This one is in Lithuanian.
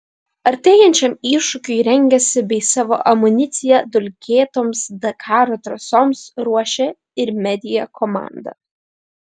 artėjančiam iššūkiui rengiasi bei savo amuniciją dulkėtoms dakaro trasoms ruošia ir media komanda